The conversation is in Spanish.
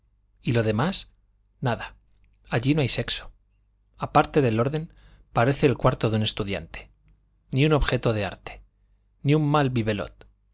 y lo demás nada allí no hay sexo aparte del orden parece el cuarto de un estudiante ni un objeto de arte ni un mal